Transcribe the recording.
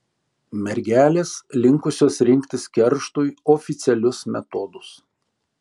mergelės linkusios rinktis kerštui oficialius metodus